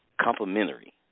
complementary